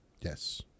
Yes